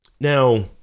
now